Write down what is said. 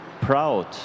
proud